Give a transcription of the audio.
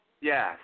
Yes